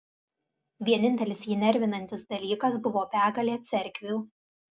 vienintelis jį nervinantis dalykas buvo begalė cerkvių